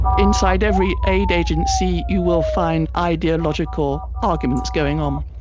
inside every aid agency you will find ideological arguments going on.